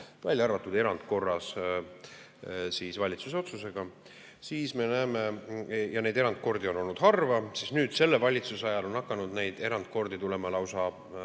välja arvatud erandkorras valitsuse otsusega, aga neid erandkordi on olnud harva –, siis nüüd, selle valitsuse ajal on hakanud neid erandkordi tulema lausa